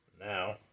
Now